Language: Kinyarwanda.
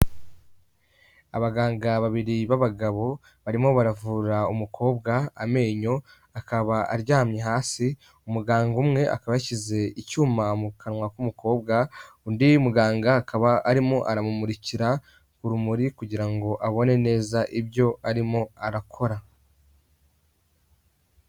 Abaganga babiri b'abagabo barimo baravura umukobwa amenyo. akaba aryamye hasi, umuganga umwe akaba ashyize icyuma mu kanwa k'umukobwa undi muganga akaba arimo aramumurikira urumuri kugira ngo abone neza ibyo arimo arakora.